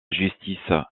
justice